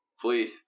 please